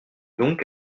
donc